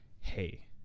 hey